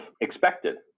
expected